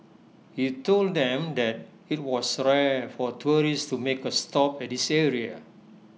he told them that IT was rare for tourists to make A stop at this area